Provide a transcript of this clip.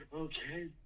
okay